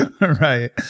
Right